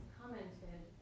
commented